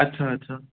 अच्छा अच्छा